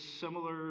similar